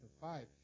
five